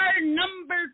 number